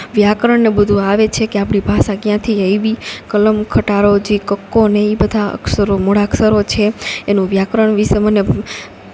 વ્યાકરણને બધું આવે છે કે આપણી ભાષા ક્યાંથી આવી કલમ ખટારો જે કક્કોને એ બધા અક્ષરો મૂળાક્ષરો છે એનું વ્યાકરણ વિશે મને